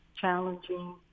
challenging